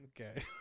Okay